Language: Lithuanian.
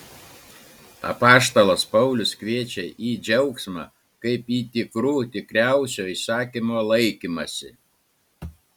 apaštalas paulius kviečia į džiaugsmą kaip į tikrų tikriausio įsakymo laikymąsi